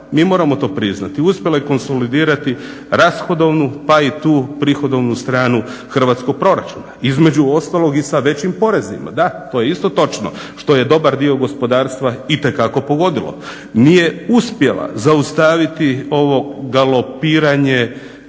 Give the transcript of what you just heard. mi moramo to priznati, uspjela je konsolidirati rashodovnu pa i tu prihodovnu stranu hrvatskog proračuna. Između ostalog i sa većim porezima, da to je isto točno. Što je dobar dio gospodarstva itekako pogodilo. Nije uspjela zaustaviti ovo galopiranje